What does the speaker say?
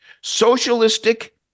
Socialistic